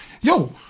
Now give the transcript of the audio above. Yo